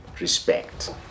respect